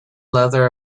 leather